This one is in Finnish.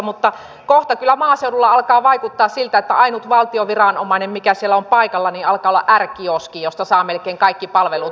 mutta kohta kyllä maaseudulla alkaa vaikuttaa siltä että ainut valtion viranomainen mikä siellä on paikalla alkaa olla r kioski josta saa melkein kaikki palvelut